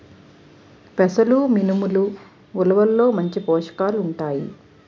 పెసలు మినుములు ఉలవల్లో మంచి పోషకాలు ఉంటాయి